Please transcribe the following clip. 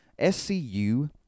SCU